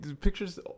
pictures